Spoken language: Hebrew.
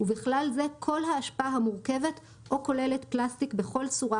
ובכלל זה כל האשפה המורכבת או כוללת פלסטיק בכל צורה,